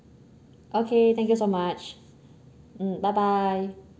okay thank you so much mm bye bye